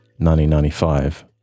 1995